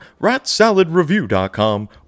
ratsaladreview.com